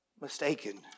mistaken